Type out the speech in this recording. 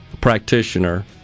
practitioner